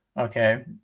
Okay